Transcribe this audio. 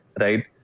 right